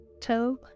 toe